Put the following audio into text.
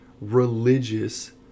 religious